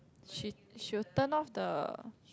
she she would turn off the